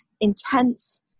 intense